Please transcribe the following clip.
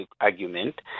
argument